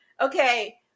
Okay